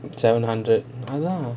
seven hundred ya lah